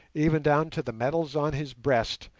even down to the medals on his breast,